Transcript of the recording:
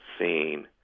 seen